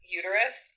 uterus